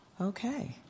Okay